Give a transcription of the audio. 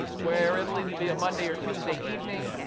where it'll either be a monday or tuesday evening,